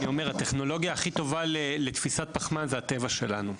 הטכנולוגיה הכי טובה לתפיסת פחמן היא הטבע שלנו.